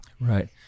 Right